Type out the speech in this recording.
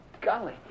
Golly